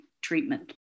treatment